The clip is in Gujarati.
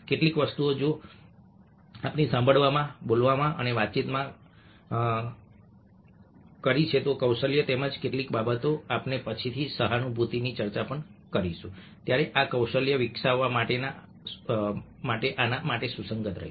કેટલીક વસ્તુઓ જે આપણે સાંભળવામાં બોલવામાં અને વાતચીતમાં કરી છે કૌશલ્યો તેમજ કેટલીક બાબતો કે જે આપણે પછીથી સહાનુભૂતિની ચર્ચા કરીશું ત્યારે આ કૌશલ્યો વિકસાવવા માટે આના માટે સુસંગત રહેશે